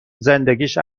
زندگیش